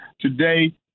today